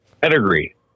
pedigree